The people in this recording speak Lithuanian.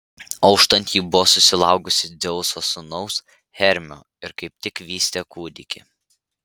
auštant ji buvo susilaukusi dzeuso sūnaus hermio ir kaip tik vystė kūdikį